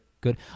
good